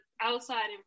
outside